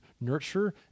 nurture